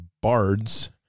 bards